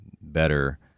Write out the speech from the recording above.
better